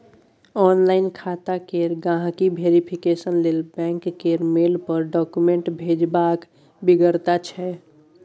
online खाता केर गांहिकी वेरिफिकेशन लेल बैंक केर मेल पर डाक्यूमेंट्स भेजबाक बेगरता छै